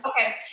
Okay